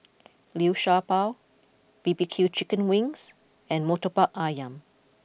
Liu Sha Bao B B Q Chicken Wings and Murtabak Ayam